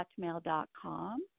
hotmail.com